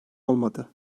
olmadı